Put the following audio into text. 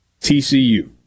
TCU